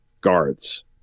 guards